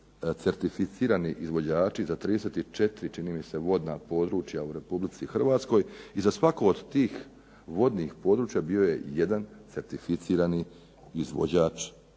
certificirani izvođači za 34 vodna područja u RH i za svaku od tih vodnih područja bio je jedan certificirani izvođač